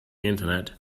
internet